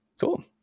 cool